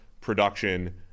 production